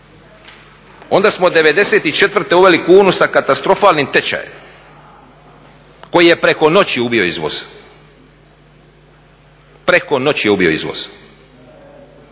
Onda smo '94. uveli kunu sa katastrofalnim tečajem koji je preko noći ubio izvoz. Preko noći je ubio izvoz.